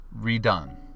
redone